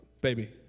baby